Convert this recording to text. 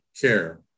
care